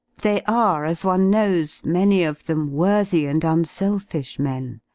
they are, as one knows, many of them worthy and unselfish men,